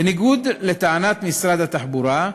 בניגוד לטענת משרד התחבורה,